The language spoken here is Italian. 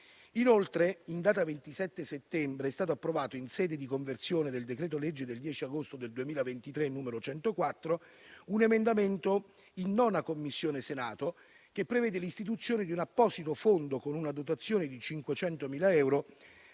Inoltre, in data 27 settembre è stato approvato, in sede di conversione del decreto-legge del 10 agosto 2023, n. 104, un emendamento, nella 9a Commissione del Senato, che prevede l'istituzione di un apposito fondo, con una dotazione di 500.000 euro,